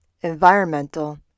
environmental